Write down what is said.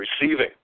receiving